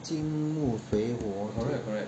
金木水火土